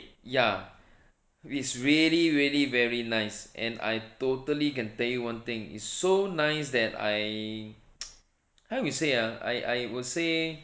ya it's really really very nice and I totally can tell you one thing is so nice that I how you say ah I I would say